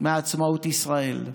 מעצמאות ישראל.